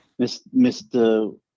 Mr